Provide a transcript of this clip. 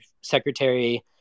Secretary